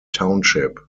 township